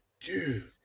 dude